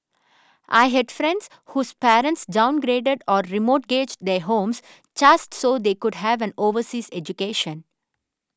I had friends whose parents downgraded or remortgaged their homes just so they could have an overseas education